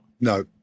no